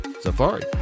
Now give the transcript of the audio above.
Safari